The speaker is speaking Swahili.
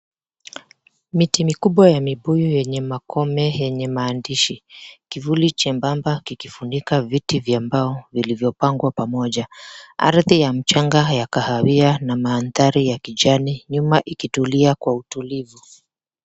Miti mikubwa ya makuyu yenye makome yenye maandishi kivuli chebamba kikifunika viti vya mbao vilivyopangwa pamoja. Ardhi ya mchanga ya kahawia na mandhari ya kijani nyuma ikitulia kwa utulivu.